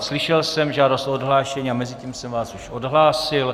Slyšel jsem žádost o odhlášení a mezitím jsem vás už odhlásil.